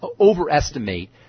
overestimate